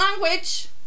language